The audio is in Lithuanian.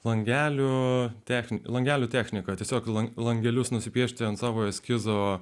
langelio techniką langelių techniką tiesiog langelius nusipiešti ant savo eskizo